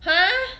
!huh!